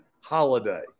holiday